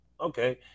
Okay